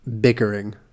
bickering